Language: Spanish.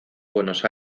buenos